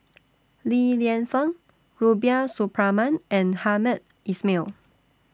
Li Lienfung Rubiah Suparman and Hamed Ismail